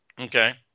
Okay